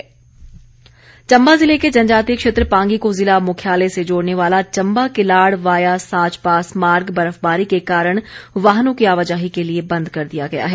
मार्ग बंद चम्बा जिले के जनजातीय क्षेत्र पांगी को जिला मुख्यालय से जोड़ने वाला चम्बा किलाड़ वाया साच पास मार्ग बर्फबारी के कारण वाहनों की आवाजाही के लिए बंद कर दिया गया है